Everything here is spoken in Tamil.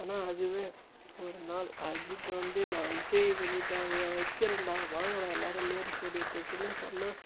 ஆனால் அதுவே ஒரு நாள் அஜித்தை வந்து நான் இசை வெளியிட்டு விழா வைக்கிறேண்டா வாங்கடா எல்லாரும் நேரு ஸ்டேடியத்துக்குன்னு சொன்னால்